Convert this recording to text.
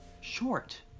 short